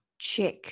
check